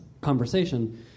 conversation